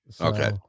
Okay